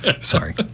Sorry